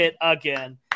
again